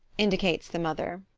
indicates the mother.